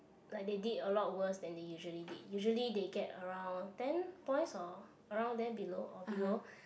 like they did a lot worse than they usually did usually they get around ten points or around there below or below